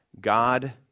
God